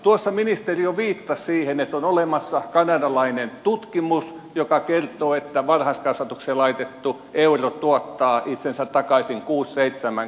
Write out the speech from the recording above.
tuossa ministeri jo viittasi siihen että on olemassa kanadalainen tutkimus joka kertoo että varhaiskasvatukseen laitettu euro tuottaa itsensä takaisin kuusi seitsemänkertaisesti